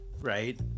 right